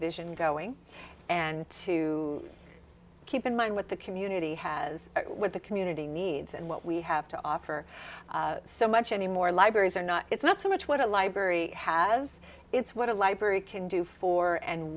vision going and to keep in mind what the community has with the community needs and what we have to offer so much anymore libraries are not it's not so much what a library has it's what a library can do for and